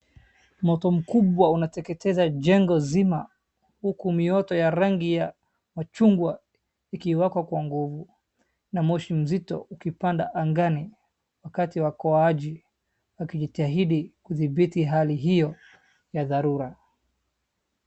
Moto mkubwa unateketeza jengo zima, huku mioto ya rangi ya machungwa ikiwaka kwa nguvu, na moshi mzito ukipanda angani, wakati waokoaji wakijitaidi kudhibiti hali hiyo ya dharura.